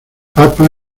papa